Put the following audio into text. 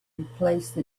replace